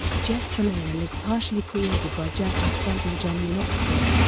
jeff tremaine and was partially created by jackass frontman johnny knoxville.